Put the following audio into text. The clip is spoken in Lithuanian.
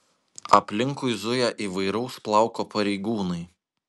aplinkui zuja įvairaus plauko pareigūnai